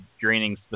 draining